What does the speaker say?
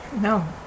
No